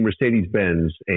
Mercedes-Benz